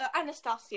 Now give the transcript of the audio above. Anastasia